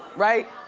right,